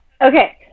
Okay